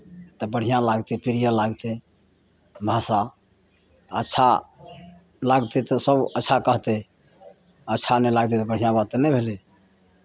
तऽ बढ़िआँ लागतै प्रिय लागतै भाषा अच्छा लागतै तऽ सभ अच्छा कहतै अच्छा नहि लागतै तऽ बढ़िआँ बात तऽ नहि भेलै